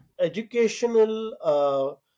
educational